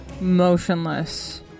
motionless